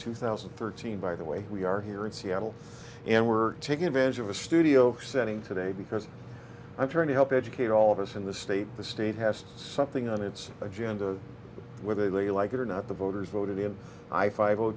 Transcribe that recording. two thousand and thirteen by the way we are here in seattle and we're taking advantage of a studio setting today because i'm trying to help educate all of us in the state the state has something on its agenda where they like it or not the voters voted in high five